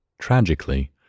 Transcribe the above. Tragically